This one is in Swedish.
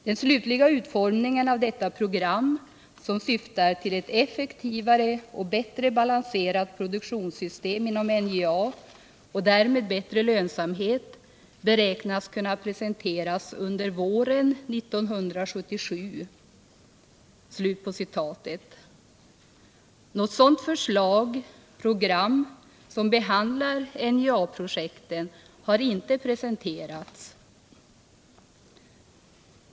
Den slutliga utformningen av detta program, som syftar till ett effektivare och bättre balanserat produktionssystem inom NJA och därmed bättre lönsamhet, beräknas kunna presenteras under våren 1977.” Något sådant förslag eller program, som behandlar NJA-projekten, har inte presenterats.